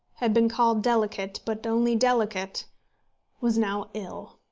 had been called delicate, but only delicate was now ill.